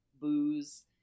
booze